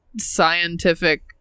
scientific